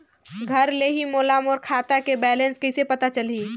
घर ले ही मोला मोर खाता के बैलेंस कइसे पता चलही?